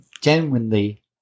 genuinely